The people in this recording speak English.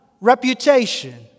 reputation